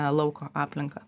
lauko aplinką